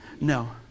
No